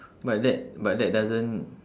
but that but that doesn't